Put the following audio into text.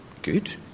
Good